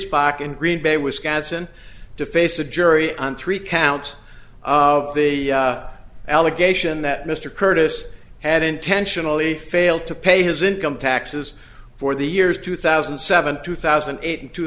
respond in green bay wisconsin to face a jury on three counts of the allegation that mr curtis had intentionally failed to pay his income taxes for the years two thousand and seven two thousand and eight and two